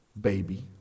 baby